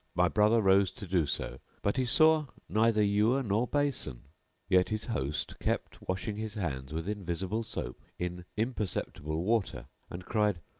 my brother rose to do so but he saw neither ewer nor basin yet his host kept washing his hands with invisible soap in imperceptible water and cried,